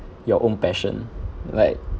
your own passion like